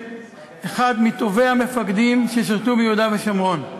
אחד מטובי המפקדים ששירתו ביהודה ושומרון,